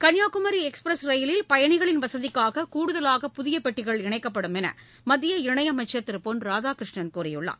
Kanyakumari express ரயிலில் பயணிகளின் வசதிக்காக கூடுதலாக புதிய பெட்டிகள் இணைக்கப்படும் என்று மத்திய இணையமைச்சர் திரு பொன் ராதாகிருஷ்ணன் கூறியுள்ளார்